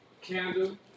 candle